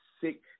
sick